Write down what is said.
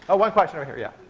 ah one question over here, yeah?